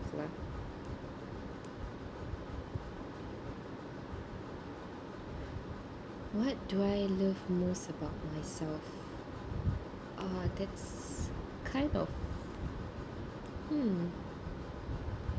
what do I love most about myself uh that's kind of hmm